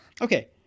okay